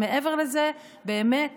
מעבר לזה, באמת